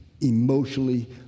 emotionally